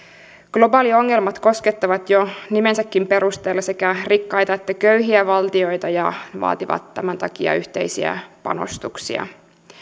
globaaliongelmat koskettavat jo nimensäkin perusteella sekä rikkaita että köyhiä valtioita ja vaativat tämän takia yhteisiä panostuksia